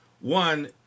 one